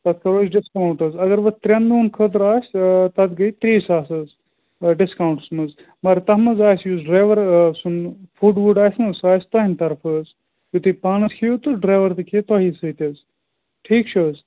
تَتھ کَرو أسۍ ڈِسکاوُنٛٹ حظ اگر وۅنۍ ترٛٮ۪ن دۄہَن خٲطرٕ آسہِ تَتھ گٔے ترٛےٚ ساس حظ ڈِسکاوُنٛٹَس منٛز مگر تَتھ منٛز آسہِ یُس ڈرٛایوَر سُنٛد فُڈ وُڈ آسہِ نا سُہ آسہِ تُہٕنٛدِ طرفہٕ حظ یہِ تُہۍ پانَس کھیٚیِو تہٕ ڈرٛایوَر تہِ کھیٚیِہِ تۄہے سۭتۍ حظ ٹھیٖک چھُ حظ